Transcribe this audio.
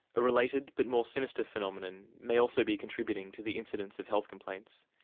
a related but more sinister phenomenon may also be contributing to the incidence of health complaints,